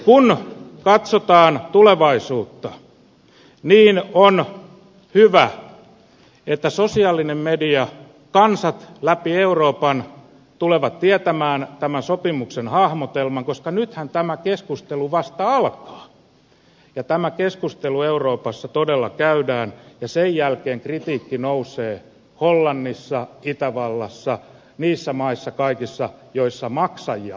kun katsotaan tulevaisuutta niin on hyvä että sosiaalinen media kansat läpi euroopan tulevat tietämään tämän sopimuksen hahmotelman koska nythän tämä keskustelu vasta alkaa ja tämä keskustelu euroopassa todella käydään ja sen jälkeen kritiikki nousee hollannissa itävallassa kaikissa niissä maissa joissa maksajat asuvat